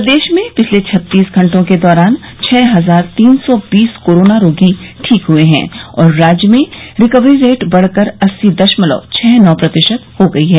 प्रदेश में पिछले छत्तीस घंटों के दौरान छः हजार तीन सौ बीस कोरोना रोगी ठीक हुए है और राज्य में रिकवरी रेट बढ़कर अस्सी दशमलव छः नौ प्रतिशत हो गई है